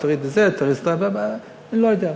אתה יודע,